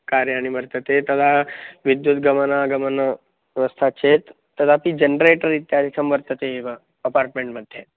कार्याणि वर्तते तदा विद्युत् गमनागमनव्यवस्था चेत् तदापि जन्रेटर् इत्यादिकं वर्तते एव अपार्ट्मेण्ट्मध्ये